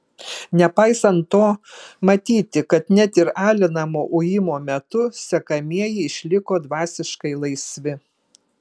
nepaisant to matyti kad net ir alinamo ujimo metu sekamieji išliko dvasiškai laisvi